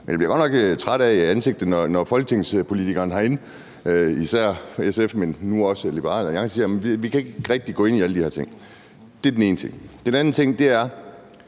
Men jeg bliver godt nok træt i ansigtet, når folketingspolitikere herinde, især fra SF, men nu også fra Liberal Alliance, siger, at vi ikke rigtig kan gå ind i alle de her ting. Det er den ene ting. Den anden ting er,